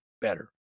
better